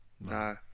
no